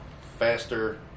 faster